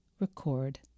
record